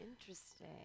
interesting